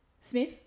Smith